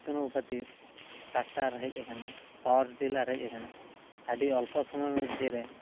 ᱩᱛᱱᱟᱹᱣ ᱠᱷᱟᱹᱛᱤᱨ ᱴᱟᱠᱴᱟᱨ ᱦᱮᱡ ᱟᱠᱟᱱᱟ ᱯᱟᱣᱟᱨ ᱴᱮᱞᱟᱨ ᱦᱮᱡ ᱟᱠᱟᱱᱟ ᱟᱹᱰᱤ ᱚᱞᱯᱷᱚ ᱥᱚᱢᱚᱭ ᱢᱚᱫᱽᱫᱷᱮ ᱨᱮ